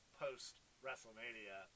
post-WrestleMania